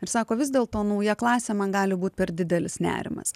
ir sako vis dėlto nauja klasė man gali būt per didelis nerimas